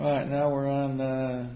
right now we're on